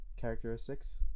Characteristics